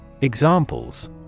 Examples